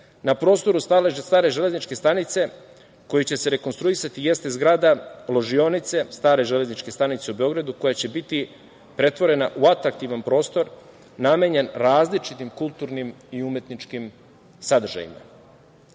na prostoru stare Železničke stanice, koji će se rekonstruisati, jeste zgrada ložionice stare Železničke stanice u Beogradu, koja će biti pretvorena u atraktivan prostor namenjen različitim kulturnim i različitim sadržajima.